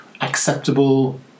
acceptable